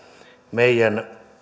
meidän